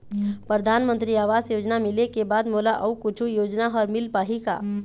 परधानमंतरी आवास योजना मिले के बाद मोला अऊ कुछू योजना हर मिल पाही का?